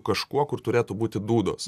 kažkuo kur turėtų būti dūdos